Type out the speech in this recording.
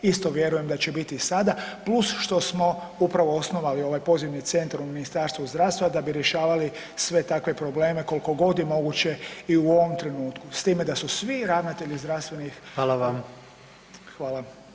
Isto vjerujem da će biti i sada + što smo upravo osnovali ovaj pozivni centar u Ministarstvu zdravstva da bi rješavali sve takve probleme kolko god je moguće i u ovom trenutku s time da su svi ravnatelji zdravstvenih [[Upadica: Hvala vam]] Hvala.